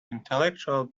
intellectual